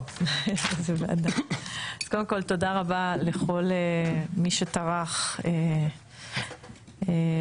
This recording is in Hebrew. טוב, קודם כל, תודה רבה לכל מי שטרח והגיע,